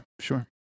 sure